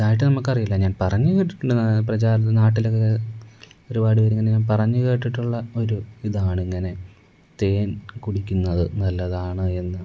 ഇതായിട്ട് നമുക്ക് അറിയില്ല ഞാൻ പറഞ്ഞ് കേട്ടിട്ടുണ്ട് പ്രചാരത്തിന് നാട്ടിലൊക്കെ ഒരുപാട് പേരിങ്ങനെ ഞാൻ പറഞ്ഞ് കേട്ടിട്ടുള്ള ഒരു ഇതാണ് ഇങ്ങനെ തേൻ കുടിക്കുന്നത് നല്ലതാണ് എന്ന്